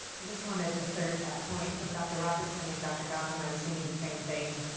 i just wanted to third that point from dr. robertson and dr. gotham. i was thinking the same thing,